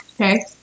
Okay